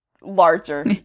larger